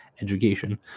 education